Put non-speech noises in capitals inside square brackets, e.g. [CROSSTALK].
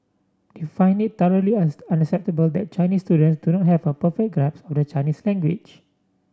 they find it thoroughly [UNINTELLIGIBLE] unacceptable that Chinese students do not have a perfect grasp to the Chinese language